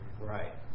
Right